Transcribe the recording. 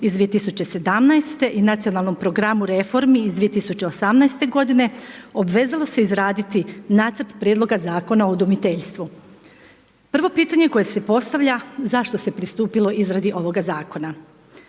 iz 2017. i Nacionalnom programu reformi iz 2018. godine obvezalo se izraditi Nacrt prijedloga zakona o udomiteljstvu. Prvo pitanje koje se postavlja, zašto se pristupilo izradi ovoga zakona?